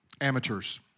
Amateurs